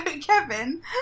Kevin